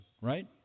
right